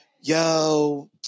yo